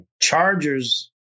Chargers